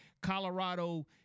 Colorado